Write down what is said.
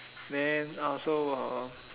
then I also will